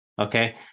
Okay